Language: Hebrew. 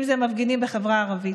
אם זה מפגינים בחברה הערבית.